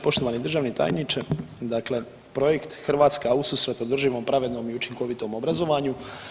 Poštovani državni tajniče, dakle projekt Hrvatska ususret održivom pravednom i učinkovitom obrazovanju.